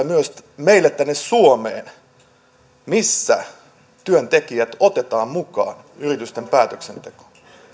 myös meille tänne suomeen sellaista lainsäädäntöä missä työntekijät otetaan mukaan yritysten päätöksentekoon